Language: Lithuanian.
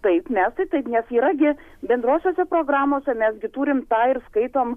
taip mes tai taip nes yra gi bendrosiose programose mes gi turim tą ir skaitom